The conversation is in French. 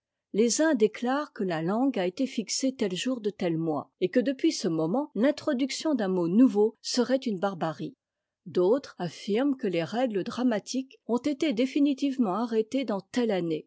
les uns déclarent que ta langue a été fixée tel jour de tel mois et que depuis ce moment l'introduction d'un mot nouveau serait une barbarie d'autres affirment que les règies dramatiques ont été définitivement arrêtées dans